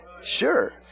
sure